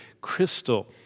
crystal